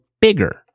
bigger